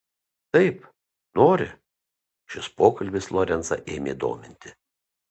taip nori šis pokalbis lorencą ėmė dominti